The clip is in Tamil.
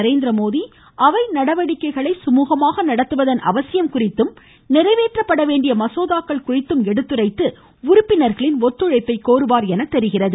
நரேந்திர மோடி அவை நடவடிக்கைகளை கழழகமாக நடத்துவதன் அவசியம் குறித்தும் நிறைவேற்றப்பட வேண்டிய மசோதாக்கள் குறித்தும் எடுத்துரைத்து உறுப்பினர்களின் ஒத்துழைப்பை கோருவார் எனத் தெரிகிறது